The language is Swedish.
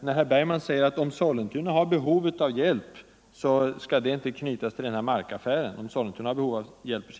Herr Bergman i Göteborg säger, att om Sollentuna har behov av hjälp med sin ekonomi, skall hjälpen inte knytas till denna markaffär.